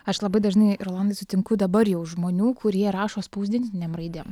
aš labai dažnai rolandai sutinku dabar jau žmonių kurie rašo spausdintinėm raidėm